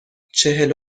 چهل